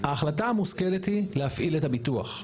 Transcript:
ההחלטה המושכלת היא להפעיל את הביטוח,